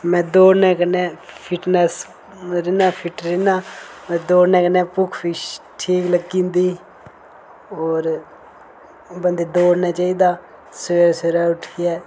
मैं दौड़ने कन्नै फिटनैस रौह्न्नां फिट रौह्न्नां ते दौड़ने कन्नै भुक्ख बी ठीक लग्गी जंदी होर बंदे दौड़ना चाहिदा सबेरे सबेरे उट्ठियै